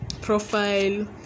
profile